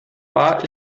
war